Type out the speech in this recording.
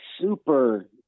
super